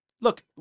Look